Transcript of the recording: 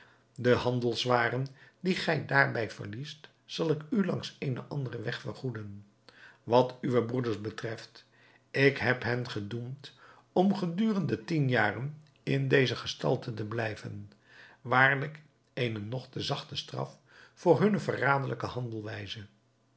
de handelswaren die gij daarbij verliest zal ik u langs eenen anderen weg vergoeden wat uwe broeders betreft ik heb hen gedoemd om gedurende tien jaren in deze gestalte te blijven waarlijk eene nog te zachte straf voor hunne verraderlijke